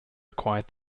required